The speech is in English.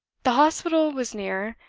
the hospital was near,